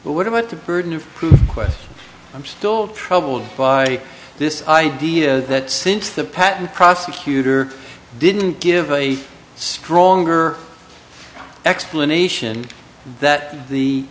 but what about the burden of proof question i'm still troubled by this idea that since the patent prosecutor didn't give a stronger explanation that the